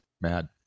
Mad